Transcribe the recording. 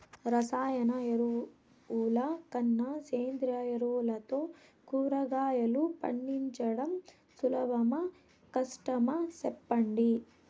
రసాయన ఎరువుల కన్నా సేంద్రియ ఎరువులతో కూరగాయలు పండించడం సులభమా కష్టమా సెప్పండి